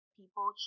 people